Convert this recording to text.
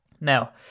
Now